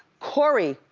corey.